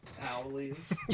owlies